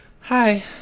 Hi